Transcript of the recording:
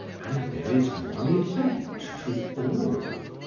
and there is one event to all.